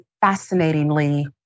fascinatingly